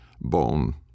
bone